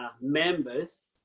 members